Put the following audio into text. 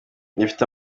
rifite